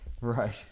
Right